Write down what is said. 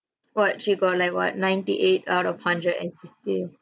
what she got like what ninety eight out of hundred as